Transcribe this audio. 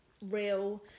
real